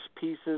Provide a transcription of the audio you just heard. pieces